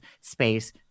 space